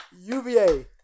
UVA